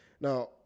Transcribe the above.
now